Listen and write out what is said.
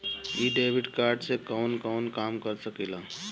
इ debit card से कवन कवन काम कर सकिला?